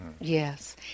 yes